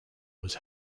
was